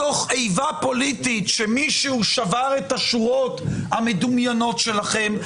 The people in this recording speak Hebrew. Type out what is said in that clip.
מתוך איבה פוליטית שמישהו שבר את השורות המדומיינות שלכם,